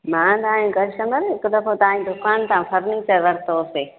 मां तव्हांजे कस्टमर हिकु दफ़ो तव्हांजी दुकान था फर्निचर वरितोसीं